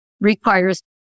requires